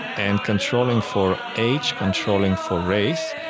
and controlling for age, controlling for race,